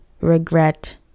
regret